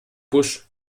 busch